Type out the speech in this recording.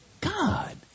God